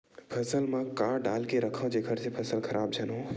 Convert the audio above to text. फसल म का डाल के रखव जेखर से फसल खराब झन हो?